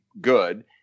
good